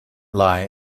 lie